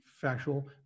factual